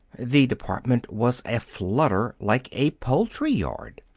the department was aflutter like a poultry-yard.